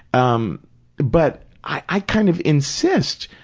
um but i kind of insist,